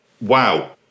wow